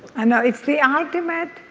i know it's the ah ultimate